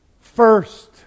first